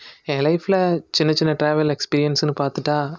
எங்கள் லைஃப்பில சின்னச்சின்ன ட்ராவல் எக்ஸ்பீரியன்ஸ்னு பார்த்துட்டா